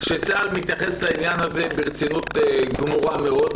שצה"ל מתייחס לעניין הזה ברצינות גמורה מאוד.